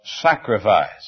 sacrifice